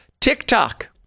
TikTok